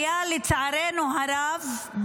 לצערנו הרב,